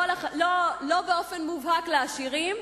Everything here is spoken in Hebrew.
לא באופן מובהק לעשירים,